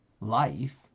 life